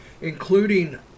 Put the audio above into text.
including